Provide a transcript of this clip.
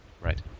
right